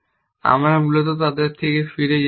আমরা মূলত তাদের থেকে ফিরে যেতে পারি